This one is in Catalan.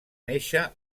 néixer